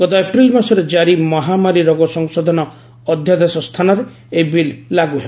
ଗତ ଏପ୍ରିଲ୍ ମାସରେ କାରି ମହାମାରୀ ରୋଗ ସଂଶୋଧନ ଅଧ୍ୟାଦେଶ ସ୍ଥାନରେ ଏହି ବିଲ୍ ଲାଗୁ ହେବ